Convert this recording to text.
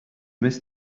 miss